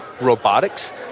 robotics